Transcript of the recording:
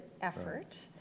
effort